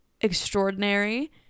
extraordinary